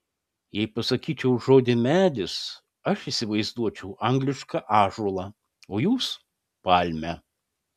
jei pasakyčiau žodį medis aš įsivaizduočiau anglišką ąžuolą o jūs palmę